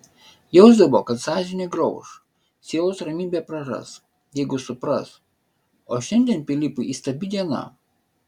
jausdavo kad sąžinė grauš sielos ramybę praras jeigu supras o šiandien pilypui įstabi diena